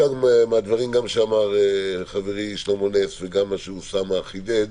מהדברים שאמר חברי שלמה נס וגם מה שאוסאמה חידד,